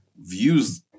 views